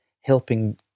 helping